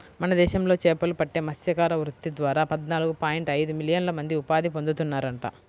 మన దేశంలో చేపలు పట్టే మత్స్యకార వృత్తి ద్వారా పద్నాలుగు పాయింట్ ఐదు మిలియన్ల మంది ఉపాధి పొందుతున్నారంట